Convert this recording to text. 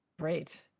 Great